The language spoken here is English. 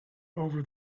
over